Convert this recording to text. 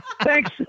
Thanks